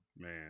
man